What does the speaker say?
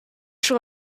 sera